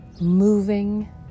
moving